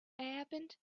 happened